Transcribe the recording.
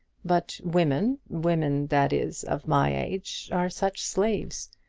but women women, that is, of my age are such slaves!